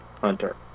Hunter